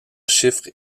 chiffres